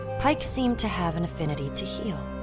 pike seemed to have an affinity to heal.